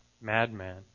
madman